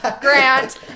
Grant